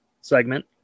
segment